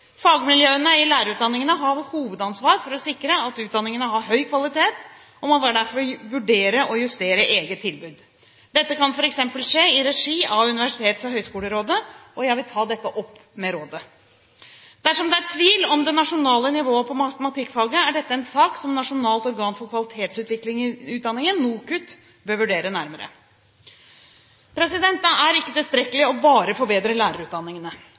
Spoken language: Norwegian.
Fagmiljøene i lærerutdanningene har hovedansvar for å sikre at utdanningene har høy kvalitet, og man bør derfor vurdere å justere eget tilbud. Dette kan f.eks. skje i regi av Universitets- og høgskolerådet, og jeg vil ta dette opp med rådet. Dersom det er tvil om det nasjonale nivået på matematikkfaget, er dette en sak som Nasjonalt organ for kvalitet i utdanningen, NOKUT, bør vurdere nærmere. Det er ikke tilstrekkelig bare å forbedre lærerutdanningene.